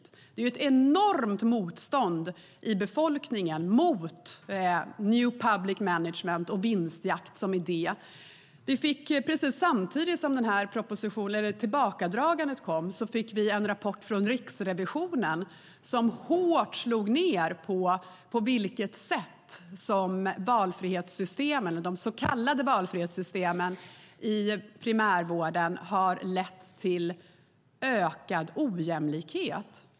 Det finns ju ett enormt motstånd bland befolkning mot new public management och vinstjakt som idé. Precis samtidigt som tillbakadragandet av propositionen kom fick vi en rapport från Riksrevisionen, som hårt slog ned på det sätt på vilket de så kallade valfrihetssystemen i primärvården har lett till ökad ojämlikhet.